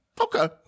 okay